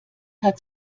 hat